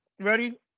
ready